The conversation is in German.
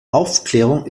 aufklärung